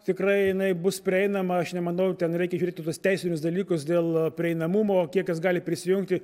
tikrai jinai bus prieinama aš nemanau ten reikia žiūrėti tuos teisinius dalykus dėl prieinamumo kiek kas gali prisijungti